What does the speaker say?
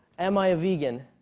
am i a vegan?